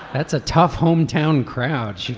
that's a tough hometown crowd.